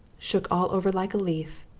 shook all over like a leaf,